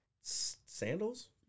sandals